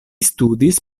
studis